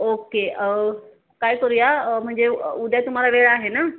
okay काय करूया म्हणजे उद्या तुम्हाला वेळ आहे ना